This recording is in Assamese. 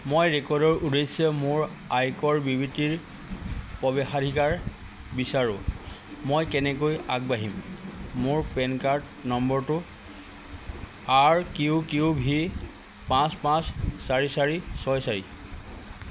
মই ৰেকৰ্ডৰ উদ্দেশ্যে মোৰ আয়কৰ বিবৃতিৰ প্ৰৱেশাধিকাৰ বিচাৰোঁ মই কেনেকৈ আগবাঢ়িম মোৰ পেন কাৰ্ড নম্বৰটো আৰ কিউ কিউ ভি পাঁচ পাঁচ চাৰি চাৰি ছয় চাৰি